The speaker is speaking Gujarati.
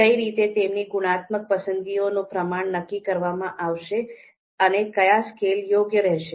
કઈ રીતે તેમની ગુણાત્મક પસંદગીઓનું પ્રમાણ નક્કી કરવામાં આવશે અને કયા સ્કેલ યોગ્ય રહેશે